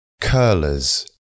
Curlers